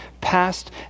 past